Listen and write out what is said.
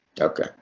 Okay